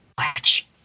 watch